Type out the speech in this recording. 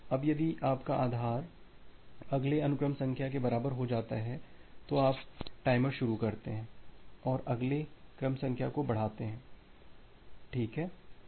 अब यदि आपका आधार अगले अनुक्रम संख्या के बराबर हो जाता है तो आप टाइमर शुरू करते हैं और अगले क्रम संख्या को बढ़ाते हैं ठीक है